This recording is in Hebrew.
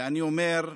ואני אומר,